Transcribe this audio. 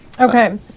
Okay